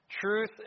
truth